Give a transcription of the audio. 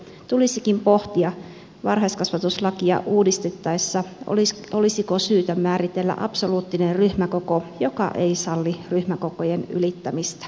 tulisikin pohtia varhaiskasvatuslakia uudistettaessa olisiko syytä määritellä absoluuttinen ryhmäkoko joka ei salli ryhmäkokojen ylittämistä